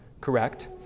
correct